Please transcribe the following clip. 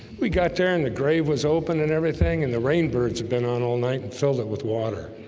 we got there and the grave was open and everything and the rain birds have been on all night and filled it with water